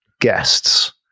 guests